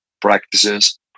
practices